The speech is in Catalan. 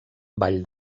vall